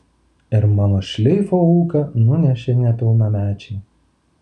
ir mano šleifo ūką nunešė nepilnamečiai